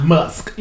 Musk